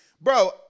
Bro